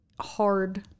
hard